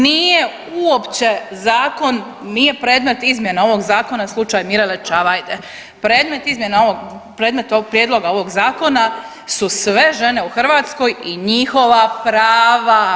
Nije uopće zakon, nije predmet izmjena ovog zakona slučaj Mirele Čavajde, predmet izmjena ovog, predmet prijedloga ovog zakona su sve žene u Hrvatskoj i njihova prava.